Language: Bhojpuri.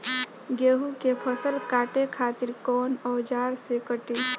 गेहूं के फसल काटे खातिर कोवन औजार से कटी?